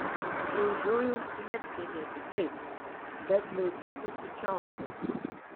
jau žiojausi leptelėti taip bet laiku susičiaupiau